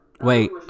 Wait